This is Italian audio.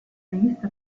rivista